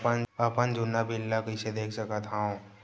अपन जुन्ना बिल ला कइसे देख सकत हाव?